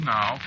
Now